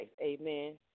Amen